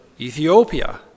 Ethiopia